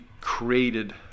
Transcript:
created